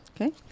Okay